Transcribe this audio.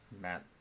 Matt